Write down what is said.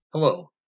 Hello